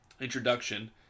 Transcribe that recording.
introduction